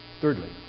thirdly